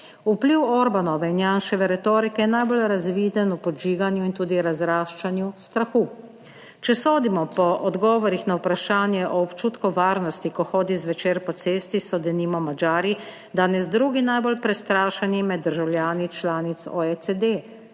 Vpliv Orbanove in Janševe retorike je najbolj razviden v podžiganju in tudi razraščanju strahu. Če sodimo po odgovorih na vprašanje o občutku varnosti, ko hodi zvečer po cesti, so denimo Madžari, danes drugi najbolj prestrašeni med državljani članic OECD.